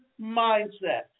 mindset